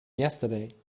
yesterday